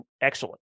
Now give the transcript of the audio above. excellent